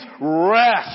rest